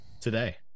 today